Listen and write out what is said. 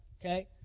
okay